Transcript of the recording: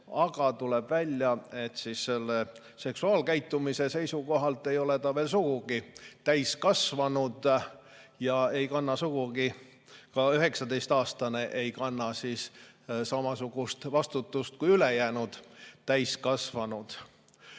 aga tuleb välja, et seksuaalkäitumise seisukohalt ei ole ta veel sugugi täiskasvanu ja ka 19-aastane ei kanna sugugi samasugust vastutust kui ülejäänud täiskasvanud.